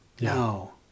no